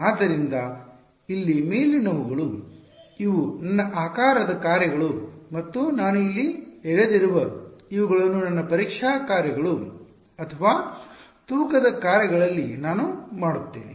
ಆದ್ದರಿಂದ ಇಲ್ಲಿ ಮೇಲಿನವುಗಳು ಇವು ನನ್ನ ಆಕಾರದ ಕಾರ್ಯಗಳು ಮತ್ತು ನಾನು ಇಲ್ಲಿ ಎಳೆದಿರುವ ಇವುಗಳು ನನ್ನ ಪರೀಕ್ಷಾ ಕಾರ್ಯಗಳು ಅಥವಾ ತೂಕದ ಕಾರ್ಯಗಳಲ್ಲಿ ನಾನು ಮಾಡುತ್ತೇನೆ